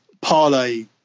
Parlay